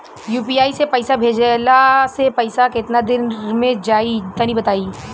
UPI से पईसा भेजलाऽ से पईसा केतना देर मे जाई तनि बताई?